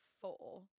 four